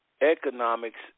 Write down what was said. Economics